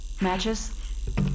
matches